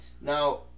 Now